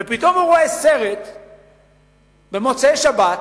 פתאום הוא רואה סרט במוצאי שבת,